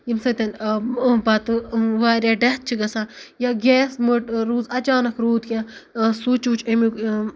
ییٚمہِ سۭتۍ أمۍ پَتہٕ واریاہ ڈیتھ چھِ گژھان یا گیس مٔٹۍ روٗز اَچانک روٗد کیٚنٛہہ سُچ وُچ اَمیُک